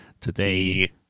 Today